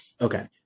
Okay